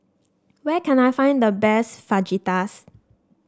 where can I find the best Fajitas